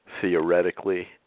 Theoretically